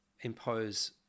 impose